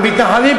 מתנחלים,